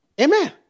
Amen